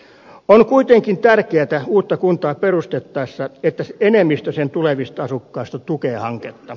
on kuitenkin tärkeätä uutta kuntaa perustettaessa että enemmistö sen tulevista asukkaista tukee hanketta